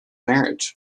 marriage